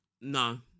no